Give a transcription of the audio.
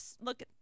look